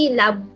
lab